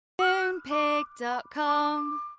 Moonpig.com